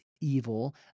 evil